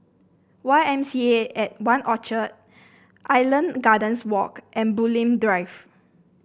Y M C A At One Orchard Island Gardens Walk and Bulim Drive